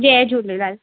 Jay Jhulelal